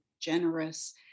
generous